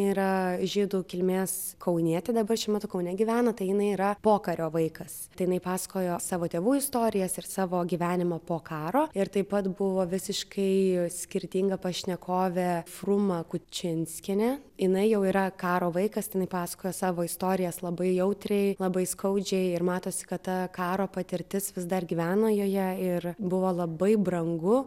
yra žydų kilmės kaunietė dabar šiuo metu kaune gyvena tai jinai yra pokario vaikas tai jinai pasakojo savo tėvų istorijas ir savo gyvenimą po karo ir taip pat buvo visiškai skirtinga pašnekovė fruma kučinskienė jinai jau yra karo vaikas tai jinai pasakojo savo istorijas labai jautriai labai skaudžiai ir matosi kad ta karo patirtis vis dar gyveno joje ir buvo labai brangu